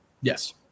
Yes